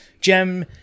gem